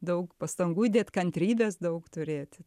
daug pastangų įdėt kantrybės daug turėti